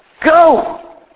Go